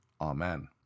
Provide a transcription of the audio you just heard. Amen